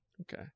Okay